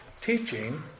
teaching